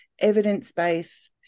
evidence-based